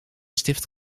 stift